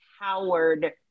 howard